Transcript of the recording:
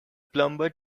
plumber